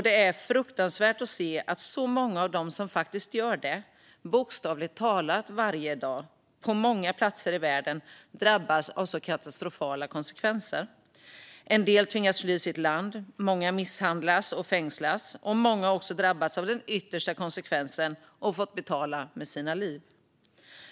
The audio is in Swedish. Det är fruktansvärt att se att så många av dem som faktiskt gör det bokstavligt talat varje dag på många platser i världen drabbas av så katastrofala konsekvenser. En del tvingas att fly sitt land. Många misshandlas och fängslas. Många har också drabbats av den yttersta konsekvensen och fått betala med sitt liv.